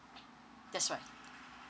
that's right